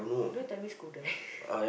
don't tell me Skudai